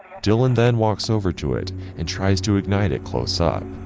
dylan then walks over to it and tries to ignite it close up,